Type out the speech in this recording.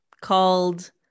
called